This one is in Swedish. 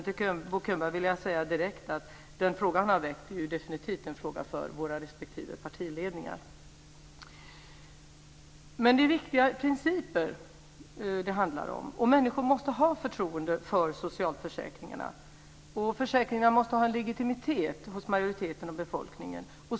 Till Bo Könberg vill jag direkt säga att den fråga han har väckt definitivt är en fråga för våra respektive partiledningar. Det är viktiga principer det handlar om. Människor måste ha förtroende för socialförsäkringarna. Försäkringarna måste ha en legitimitet hos majoriteten och befolkningen.